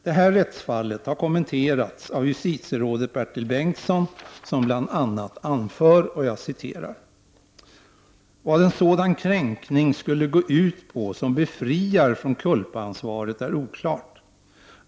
Det här rättsfallet har kommenterats av justitierådet Bertil Bengtsson, som bl.a. har anfört: ”Vad en sådan kränkning skulle gå ut på som befriar från culpaansvar är oklart.